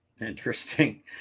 Interesting